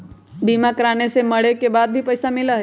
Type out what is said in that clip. बीमा कराने से मरे के बाद भी पईसा मिलहई?